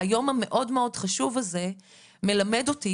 היום המאוד מאוד חשוב הזה מלמד אותי,